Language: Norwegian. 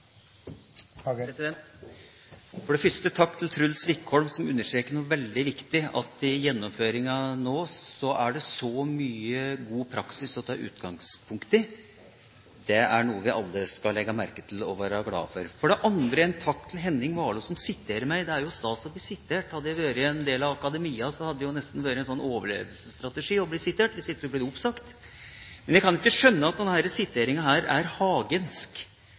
det mye god praksis å ta utgangspunkt i. Det er noe vi alle skal legge merke til og være glade for. For det andre: en takk til Henning Warloe, som siterer meg. Det er jo stas å bli sitert. Hadde jeg vært en del av akademia, hadde det nesten vært en slags overlevelsesstrategi å bli sitert – hvis ikke blir man oppsagt. Jeg kan ikke skjønne at det som ble sitert, «høy politisk pris å betale», er en hagensk